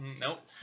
Nope